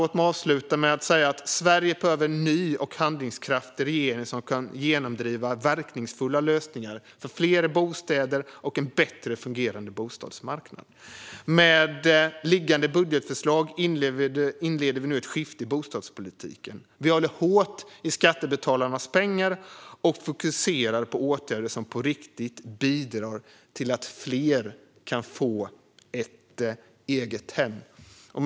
Låt mig avsluta med att säga att Sverige behöver en ny och handlingskraftig regering som kan genomdriva verkningsfulla lösningar för fler bostäder och en bättre fungerande bostadsmarknad. Med föreliggande budgetförslag inleder vi nu ett skifte i bostadspolitiken. Vi håller hårt i skattebetalarnas pengar och fokuserar på åtgärder som på riktigt bidrar till att fler kan få ett eget hem. Fru talman!